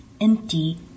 empty